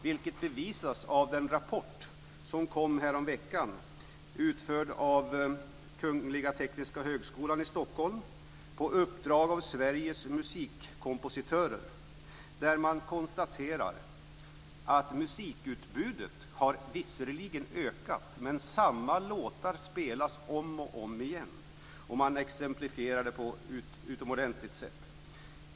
Detta bevisas av den rapport som kom häromveckan. Undersökningen som redovisas där är utförd av Kungl. Tekniska högskolan i Stockholm på uppdrag av Sveriges musikkompositörer. I rapporten konstaterar man att musikutbudet visserligen har ökat men att det är samma låtar som spelas om och om igen. Man exemplifierar detta på ett utomordentligt sätt.